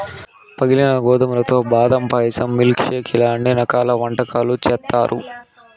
పగిలిన గోధుమలతో బాదం పాయసం, మిల్క్ షేక్ ఇలా అన్ని రకాల వంటకాలు చేత్తారు